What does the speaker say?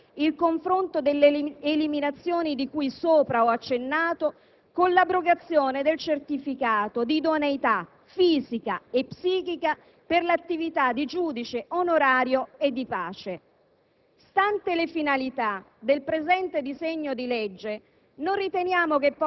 Ma ci sia consentito rilevare che forse non è perfettamente sovrapponibile il confronto delle eliminazioni, cui sopra ho accennato, con l'abrogazione del certificato di idoneità fisica e psichica per svolgere l'attività di giudice onorario o di pace.